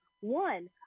One